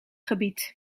gebied